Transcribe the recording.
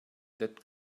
that